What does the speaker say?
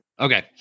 Okay